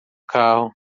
carro